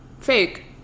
fake